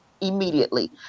immediately